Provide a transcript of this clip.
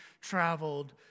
traveled